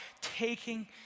taking